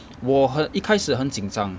我很一开始很紧张